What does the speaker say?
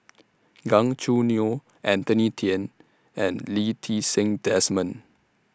Gan Choo Neo Anthony Then and Lee Ti Seng Desmond